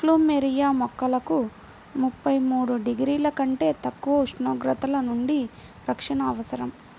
plumeria మొక్కలకు ముప్పై మూడు డిగ్రీల కంటే తక్కువ ఉష్ణోగ్రతల నుండి రక్షణ అవసరం